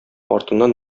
артыннан